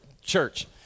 church